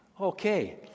Okay